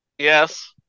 yes